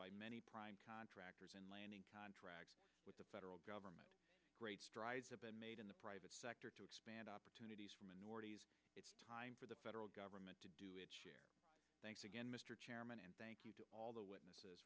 by many prime contractors and landing contracts with the federal government great strides have been made in the private sector to expand opportunities for minorities it's time for the federal government to do it thanks again mr chairman and thank you to all the witnesses